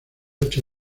ocho